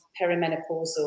perimenopausal